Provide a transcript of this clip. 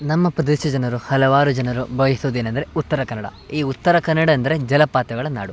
ನಮ್ಮ ಪ್ರದೇಶದ ಜನರು ಹಲವಾರು ಜನರು ಬಯಸುದೇನೆಂದರೆ ಉತ್ತರ ಕನಡ ಈ ಉತ್ತರ ಕನ್ನಡ ಅಂದರೆ ಜಲಪಾತಗಳ ನಾಡು